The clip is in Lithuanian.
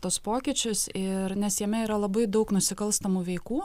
tuos pokyčius ir nes jame yra labai daug nusikalstamų veikų